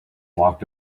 walked